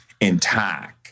intact